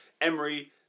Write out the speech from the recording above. Emery